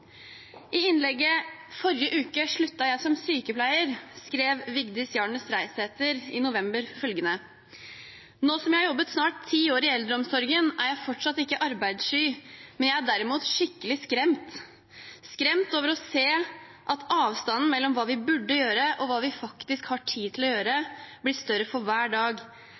I innlegget «Forrige uke sluttet jeg som sykepleier», på sykepleien.no i november, skrev Vigdis Jarness Reisæter følgende: «Nå som jeg har jobbet snart ti år i eldreomsorgen, er jeg fortsatt ikke arbeidssky, men jeg er derimot skikkelig skremt. Skremt over å se at avstanden mellom hva vi burde gjøre, og hva vi faktisk har tid til å gjøre, blir større for hver dag.